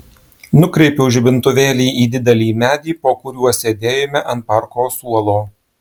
nukreipiau žibintuvėlį į didelį medį po kuriuo sėdėjome ant parko suolo